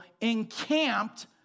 encamped